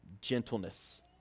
gentleness